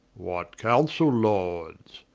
what counsaile, lords?